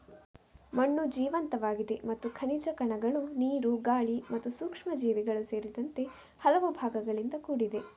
ಮಣ್ಣು ಜೀವಂತವಾಗಿದೆ ಮತ್ತು ಖನಿಜ ಕಣಗಳು, ನೀರು, ಗಾಳಿ ಮತ್ತು ಸೂಕ್ಷ್ಮಜೀವಿಗಳು ಸೇರಿದಂತೆ ಹಲವು ಭಾಗಗಳಿಂದ ಕೂಡಿದೆ